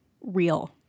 real